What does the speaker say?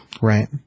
Right